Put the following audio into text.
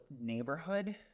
neighborhood